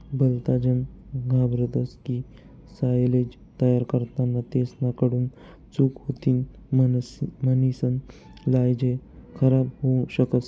भलताजन घाबरतस की सायलेज तयार करताना तेसना कडून चूक होतीन म्हणीसन सायलेज खराब होवू शकस